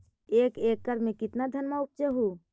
एक एकड़ मे कितना धनमा उपजा हू?